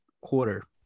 quarter